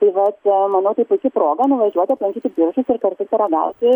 tai vat manau tai puiki proga nuvažiuot aplankyti biržus ir kartu paragauti